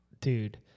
dude